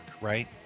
right